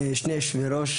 שני יושבי הראש,